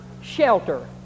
shelter